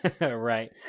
Right